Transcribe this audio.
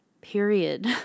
period